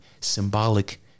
symbolic